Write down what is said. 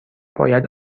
باید